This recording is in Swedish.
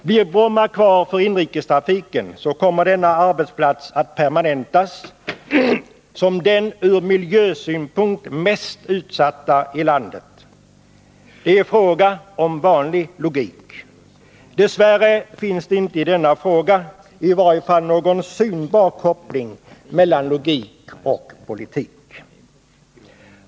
Blir Bromma kvar för inrikestrafiken kommer denna arbetsplats att permanentas som den ur miljösynpunkt mest utsatta i landet. Det är fråga om vanlig logik. Dess värre finns inte i denna fråga någon synbar koppling mellan logik och politik.